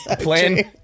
plan